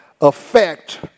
affect